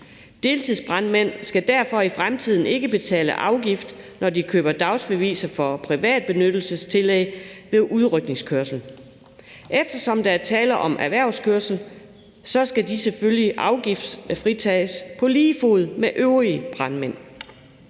Deltidsbrandmænd skal derfor i fremtiden ikke betale afgift, når de køber dagsbeviser for privatbenyttelsestillæg ved udrykningskørsel. Eftersom der er tale om erhvervskørsel, skal de selvfølgelig afgiftsfritages på lige fod med øvrige brandmænd.